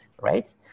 right